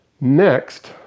Next